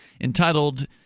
entitled